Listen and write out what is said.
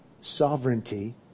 sovereignty